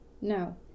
no